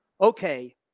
Okay